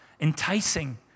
enticing